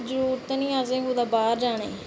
जरूरत गै निं ऐ असें कुदै बाहर जाने दी